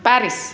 Paris